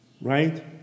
Right